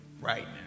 right